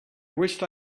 wished